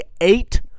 eight